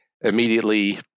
immediately